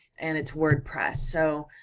and it's wordpress, so,